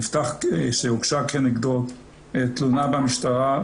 שהוגשה כנגדו תלונה במשטרה,